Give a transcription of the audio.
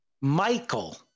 Michael